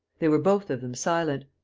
they were both of them silent.